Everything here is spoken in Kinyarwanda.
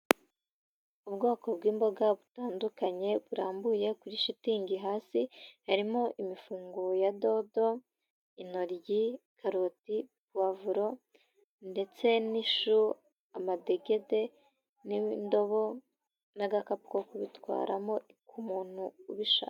Ubwoko bw'imboga butandukanye burambuye kuri shitingi hasi, harimo imifunguro ya dodo, intoryi, karoti, pavuro ndetse n'ishu, amadegede n'indobo, n'agakapu ko kubitwaramo ku muntu ubishaka.